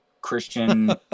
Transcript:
christian